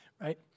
right